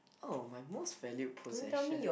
oh my most valued possession